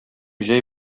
җәй